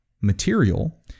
material